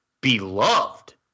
beloved